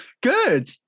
Good